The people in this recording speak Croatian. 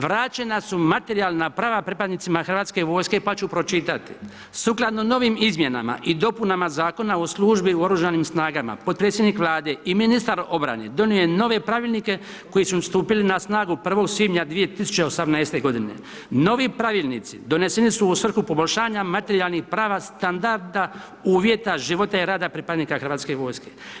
Vraćena su materijalna prava pripadnicima Hrvatske vojske, pa ću pročitati: „Sukladno novim izmjenama i dopunama Zakona o službi u oružanim snagama, potpredsjednik Vlade i ministar obrane donio je nove pravilnike koji su stupili na snagu 1. svibnja 2018.g. Novi pravilnici doneseni su u svrhu poboljšanja materijalnih prava, standarda, uvjeta života i rada pripadnika Hrvatske vojske.